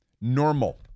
normal